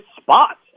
spot